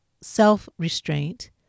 self-restraint